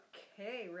Okay